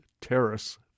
Terrace